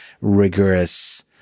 rigorous